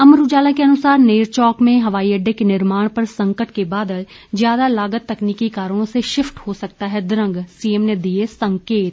अमर उजाला के अनुसार नेरचौक में हवाई अड्डे के निर्माण पर संकट के बादल ज्यादा लागत तकनीकी कारणों से शिफ्ट हो सकता है द्रंग सीएम ने दिए संकेत